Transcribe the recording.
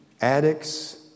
addicts